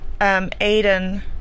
aiden